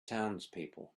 townspeople